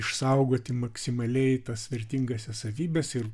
išsaugoti maksimaliai tas vertingąsias savybes ir